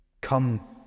Come